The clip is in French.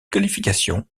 qualification